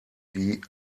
die